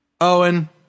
Owen